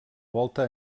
volta